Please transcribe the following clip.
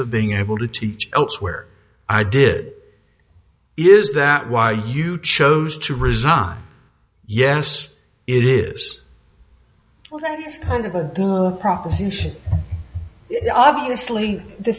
of being able to teach elsewhere i did is that why you chose to resign yes it is well then proposition obviously the